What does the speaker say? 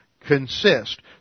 consist